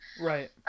Right